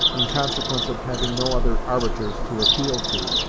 in consequence of having no other arbiters to appeal to,